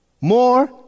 more